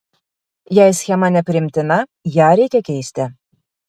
jei schema nepriimtina ją reikia keisti